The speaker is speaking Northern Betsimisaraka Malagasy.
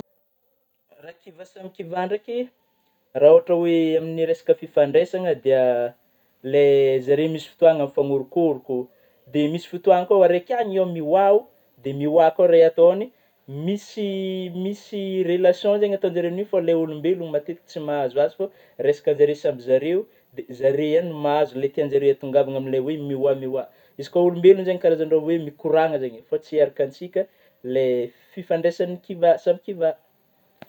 Raha kiva samy kiva ndraiky ,raha ôhatry oe amin'ny resaka fifandraisagna, dia le zareo misy fotôagna mifanorokoroko dia misy fotôagna koa raika agny ao mioao dia mioao koa ray atôy agny, misy misy rèlation zagny ataogny zare amin'io fa ilay ôlombelono matetika tsy mahazo azy, fa resaka zareo samy zare dia zare ihany mahazo ilay tianjare atongavagna amin'ny le oe mioao mioao, misy koa olombelogna zagny karazagny raha we mikôranga zegny, fa tsy araka antsika le fifandraisagny samy kiva samy kiva.